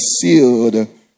sealed